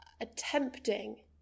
attempting